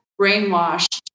brainwashed